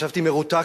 ישבתי מרותק.